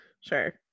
Sure